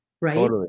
right